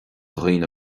dhaoine